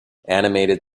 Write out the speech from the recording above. animated